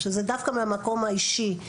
שזה דווקא מהמקום האישי,